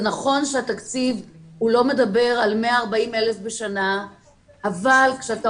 זה נכון שהתקציב לא מדבר על 140,000 בשנה אבל כשאתה